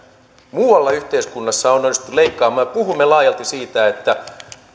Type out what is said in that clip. muualta yhteiskunnassa on onnistuttu leikkaamaan puhumme laajalti siitä että